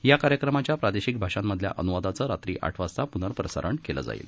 या कार्यक्रमाच्या प्रादेशिक भाषांमधल्या अन्वादाचं रात्री आठ वाजता प्नःप्रसारण केलं जाईल